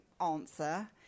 answer